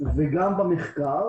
וגם במחקר